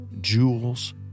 jewels